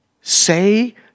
Say